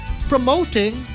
promoting